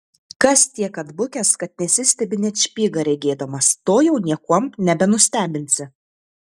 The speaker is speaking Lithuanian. kas tiek atbukęs kad nesistebi net špygą regėdamas to jau niekuom nebenustebinsi